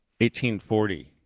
1840